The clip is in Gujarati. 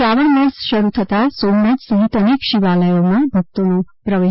શ્રાવણ માસ શરૂ થતાં સોમનાથ સહિત અનેક શિવાલયમાં ભક્તોનો પ્રવેશ